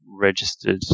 registered